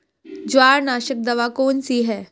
जवारनाशक दवा कौन सी है?